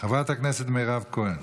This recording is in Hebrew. חברת הכנסת מירב כהן.